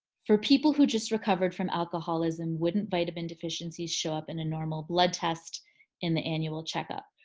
for people who just recovered from alcoholism wouldn't vitamin deficiencies show up in a normal blood test in the annual checkup?